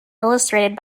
illustrated